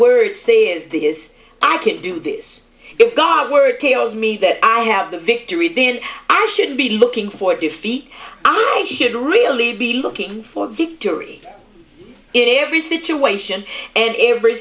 words say is this i can do this if god were kaos me that i have the victory then i should be looking for defeat i should really be looking for victory in every situation and every